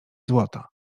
złota